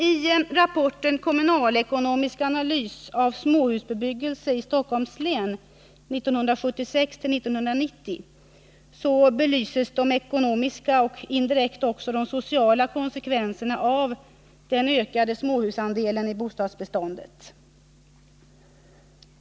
I rapporten Kommunalekonomisk analys av småhusbebyggelse i Stockholms län 1976-1990 belyses de ekonomiska och indirekt också de sociala konsekvenserna av den ökade småhusandelen i bostadsbeståndet.